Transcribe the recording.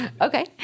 okay